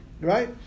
right